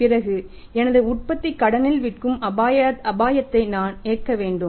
பிறகு எனது உற்பத்தியை கடனில் விற்கும் அபாயத்தை நான் ஏன் எடுக்க வேண்டும்